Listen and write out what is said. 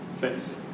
face